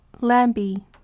Lambi